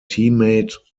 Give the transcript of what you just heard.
teammate